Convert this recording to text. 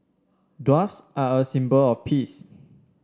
doves are a symbol of peace